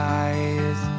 eyes